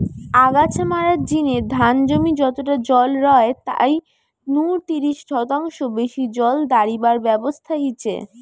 আগাছা মারার জিনে ধান জমি যতটা জল রয় তাই নু তিরিশ শতাংশ বেশি জল দাড়িবার ব্যবস্থা হিচে